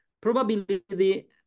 probability